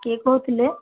କିଏ କହୁଥିଲେ